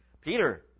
Peter